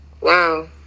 Wow